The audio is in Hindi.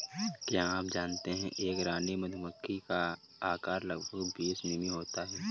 क्या आप जानते है एक रानी मधुमक्खी का आकार लगभग बीस मिमी होता है?